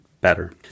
better